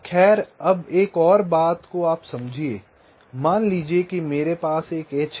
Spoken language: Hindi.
खैर अब एक और बात को आप समझिये मान लीजिये आप पास एक H है